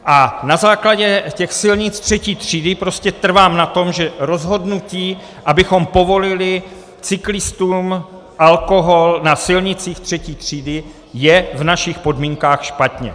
A na základě těch silnic třetí třídy trvám na tom, že rozhodnutí, abychom povolili cyklistům alkohol na silnicích třetí třídy, je v našich podmínkách špatně.